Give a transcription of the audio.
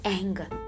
anger